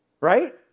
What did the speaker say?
right